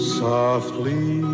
softly